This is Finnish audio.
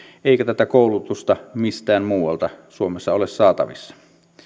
eikä tätä koulutusta mistään muualta suomessa ole saatavissa